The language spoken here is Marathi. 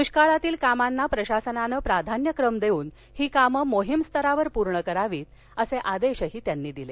दुष्काळातील कामांना प्रशासनानं प्राधान्यक्रम देऊन ही कामं मोहीम स्तरावर पूर्ण करावीत असे आदेश त्यांनी दिले